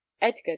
edgar